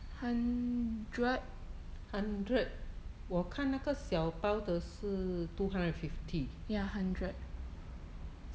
hundred ya hundred